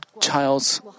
child's